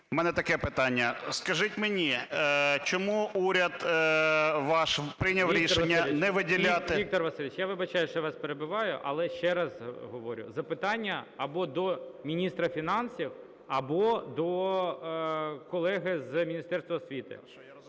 В мене таке питання. Скажіть мені, чому уряд ваш прийняв рішення не виділяти… ГОЛОВУЮЧИЙ. Віктор Васильович, я вибачаюсь, що я вас перебиваю. Але ще раз говорю, запитання або міністра фінансів, або до колеги з Міністерства освіти.